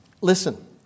Listen